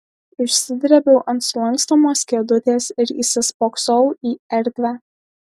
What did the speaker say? išsidrėbiau ant sulankstomos kėdutės ir įsispoksojau į erdvę